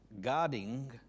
guarding